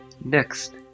Next